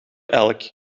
elk